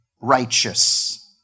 righteous